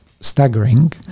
staggering